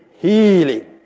healing